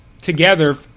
together